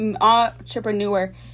entrepreneur